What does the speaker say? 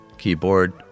keyboard